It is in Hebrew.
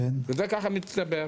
וזה ככה מצטבר.